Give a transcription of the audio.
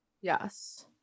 yes